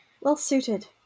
well-suited